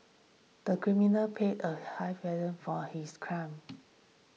the criminal paid a high for his crime